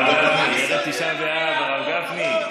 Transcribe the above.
הרב גפני, ערב תשעה באב, הרב גפני.